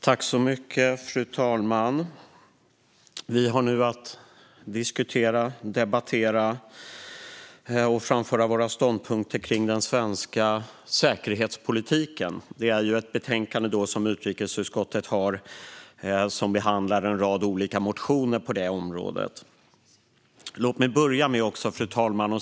Fru talman! Vi har nu att diskutera, debattera och framföra våra ståndpunkter kring den svenska säkerhetspolitiken. Utrikesutskottet har ett betänkande som behandlar en rad olika motioner på det området. Fru talman!